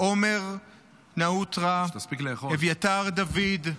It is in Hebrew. עומר נאוטרה, אביתר דוד,